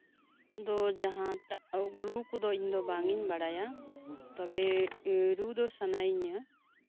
ᱤᱧ ᱫᱚ ᱡᱟᱸᱦᱟᱴᱟᱜ ᱨᱩ ᱠᱚᱫᱚ ᱤᱧ ᱫᱚ ᱵᱟᱝ ᱤᱧ ᱵᱟᱲᱟᱭᱟ ᱛᱚᱵᱮ ᱨᱩ ᱫᱚ ᱥᱟᱱᱟᱭᱤᱧᱟ